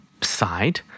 side